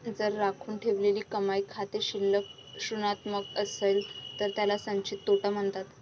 जर राखून ठेवलेली कमाई खाते शिल्लक ऋणात्मक असेल तर त्याला संचित तोटा म्हणतात